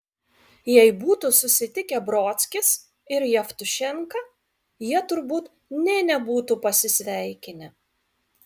jei būtų susitikę brodskis ir jevtušenka jie turbūt nė nebūtų pasisveikinę